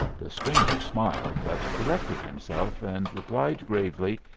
the stranger smiled, but corrected himself, and replied gravely,